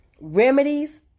Remedies